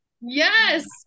yes